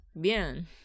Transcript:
Bien